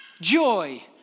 joy